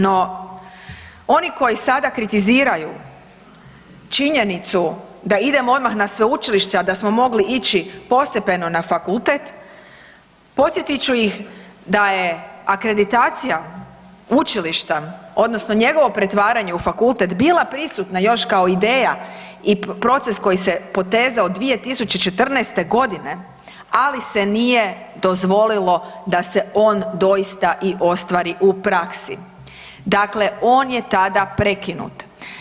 No oni koji sada kritiziraju činjenicu da idemo odmah na sveučilište, a da smo mogli ići postepeno na fakultet, posjetit ću ih da je akreditacija učilišta odnosno njegovo pretvaranje u fakultet bila prisutna još kao ideja i proces koji se potezao 2014.g., ali se nije dozvolilo da se on doista i ostvari u praksi, dakle on je tada prekinut.